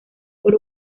por